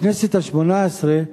בכנסת השמונה-עשרה,